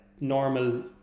normal